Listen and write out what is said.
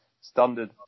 standard